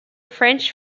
french